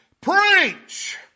preach